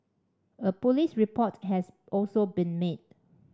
a police report has also been made